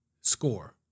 score